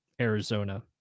Arizona